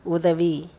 உதவி